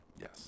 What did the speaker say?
yes